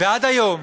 ועד היום